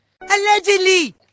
Allegedly